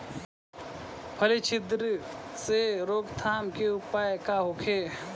फली छिद्र से रोकथाम के उपाय का होखे?